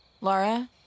Laura